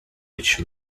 which